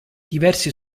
diversi